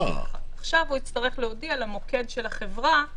עכשיו הוא יצטרך להודיע למוקד של החברה,